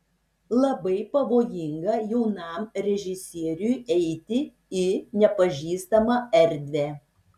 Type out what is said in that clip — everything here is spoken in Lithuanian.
labai pavojinga jaunam režisieriui eiti į nepažįstamą erdvę